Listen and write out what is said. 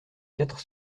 quatre